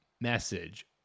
message